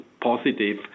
positive